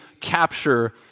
capture